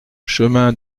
chemin